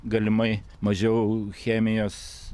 galimai mažiau chemijos